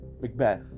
Macbeth